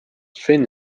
sven